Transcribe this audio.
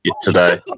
today